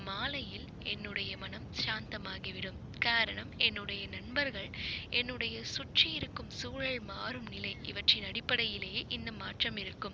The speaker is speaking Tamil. மாலையில் என்னுடைய மனம் சாந்தம் ஆகிவிடும் காரணம் என்னுடைய நண்பர்கள் என்னுடைய சுற்றி இருக்கும் சூழல் மாறும் நிலை இவற்றின் அடிப்படையிலே இந்த மாற்றம் இருக்கும்